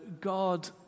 god